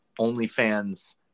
OnlyFans